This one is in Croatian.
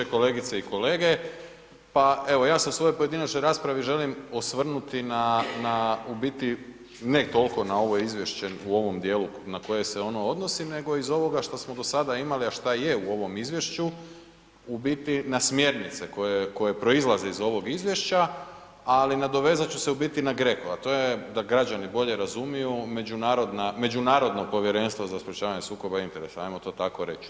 Kolegice i kolege, pa evo ja se u svojoj pojedinačnoj raspravi želim osvrnuti na u biti, ne toliko na ovo izvješće u ovom dijelu na koje se ono odnosi nego iz ovoga što smo do sada imali, a šta je u ovom izvješću, u biti na smjernice koje proizlaze iz ovog izvješća, ali nadovezat ću se u biti na GRECO, a to je da građani bolje razumiju, međunarodna, međunarodno povjerenstvo za sprječavanje sukoba interesa ajmo to tako reći.